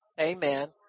Amen